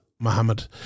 Mohammed